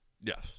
Yes